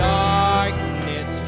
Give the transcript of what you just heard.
darkness